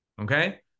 Okay